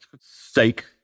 steak